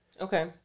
Okay